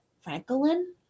Franklin